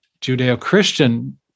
Judeo-Christian